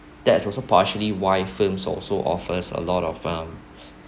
that's also partially why films also offers a lot of um